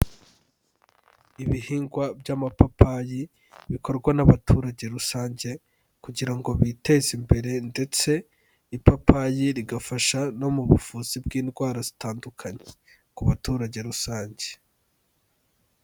Ibihingwa by'amapapayi bikorwa n'abaturage rusange kugira ngo biteze imbere ndetse ipapayi rigafasha no mu buvuzi bw'indwara zitandukanye ku baturage rusange.